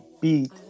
beat